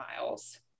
miles